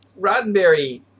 Roddenberry